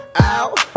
out